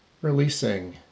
releasing